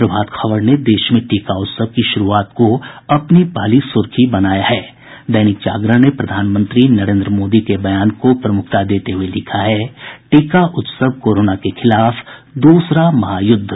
प्रभात खबर ने देश में टीका उत्सव की शुरूआत को अपनी पहली सुर्खी बनाया है दैनिक जागरण ने प्रधानमंत्री नरेन्द्र मोदी के बयान को प्रमुखता देते हुये लिखा है टीका उत्सव कोरोना के खिलाफ दूसरा महायुद्ध